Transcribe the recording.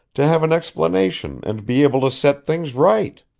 to have an explanation and be able to set things right.